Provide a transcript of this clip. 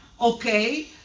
Okay